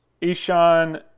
ishan